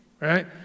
right